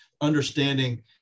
understanding